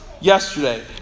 yesterday